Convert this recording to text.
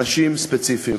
אנשים ספציפיים,